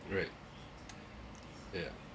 right yeah